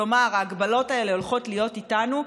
כלומר ההגבלות האלה הולכות להיות איתנו,